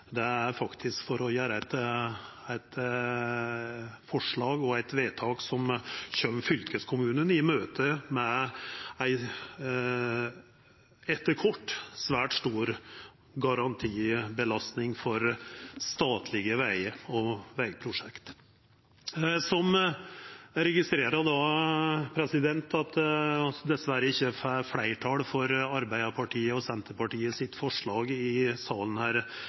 Det er faktisk forslag som kjem fylkeskommunane i møte med ei etter kvart svært stor garantibelastning for statlege vegar og vegprosjekt. Eg registrerer at vi dessverre ikkje får fleirtal for Arbeidarpartiet og Senterpartiets forslag i salen